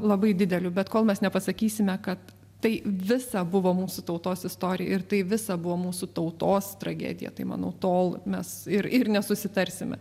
labai dideliu bet kol mes nepasakysime kad tai visa buvo mūsų tautos istorija ir tai visa buvo mūsų tautos tragedija tai manau tol mes ir ir nesusitarsime